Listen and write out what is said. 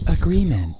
Agreement